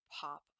pop